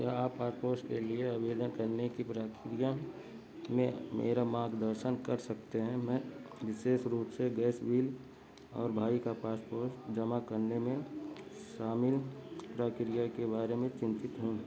क्या आप पासपोर्ट के लिए आवेदन करने की प्रक्रिया में मेरा मार्गदर्शन कर सकते हैं मैं विशेष रूप से गैस बिल और भाई का पासपोर्ट जमा करने में शामिल प्रक्रिया के बारे में चिन्तित हूँ